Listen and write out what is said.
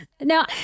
No